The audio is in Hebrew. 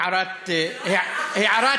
הערת